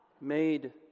made